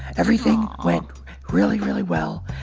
everything went really, really well.